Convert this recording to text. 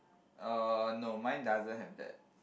uh no mine doesn't have that